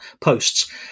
posts